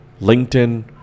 LinkedIn